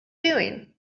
doing